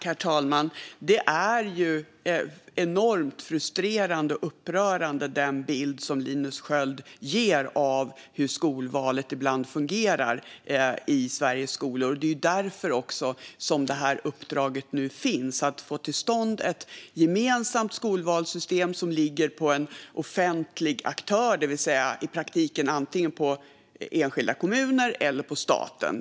Herr talman! Den bild som Linus Sköld ger av hur skolvalet ibland fungerar i Sveriges skolor är extremt frustrerande och upprörande. Det är också därför som uppdraget nu finns att få till stånd ett gemensamt skolvalssystem som ligger på en offentlig aktör. Det innebär i praktiken antingen på enskilda kommuner eller på staten.